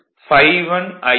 ஆக ∅1∅2 Ia2Ia1 Ia230